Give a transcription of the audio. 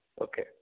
Okay